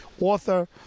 author